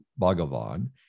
Bhagavan